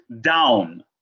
down